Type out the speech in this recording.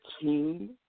team